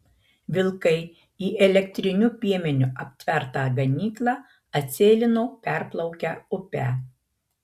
vilkai į elektriniu piemeniu aptvertą ganyklą atsėlino perplaukę upę